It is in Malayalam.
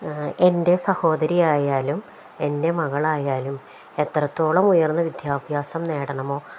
എൻ്റെ സഹോദരിയായാലും എൻ്റെ മകളായാലും എത്രത്തോളം ഉയർന്ന വിദ്യാഭ്യാസം നേടണമോ